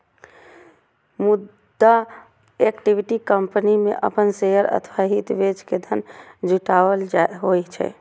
मुदा equity company मे अपन शेयर अथवा हित बेच के धन जुटायब होइ छै